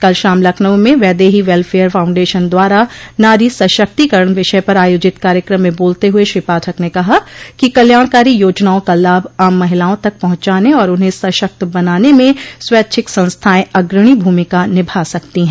कल शाम लखनऊ में वैदेही वेलफेयर फाउंडेशन द्वारा नारी सशक्तिकरण विषय पर आयोजित कार्यक्रम में बोलते हुए श्री पाठक ने कहा कि कल्याणकारी योजनाओं का लाभ आम महिलाओं तक पहुंचाने और उन्हें सशक्त बनाने में स्वैच्छिक संस्थाएं अग्रणी भूमिका निभा सकती हैं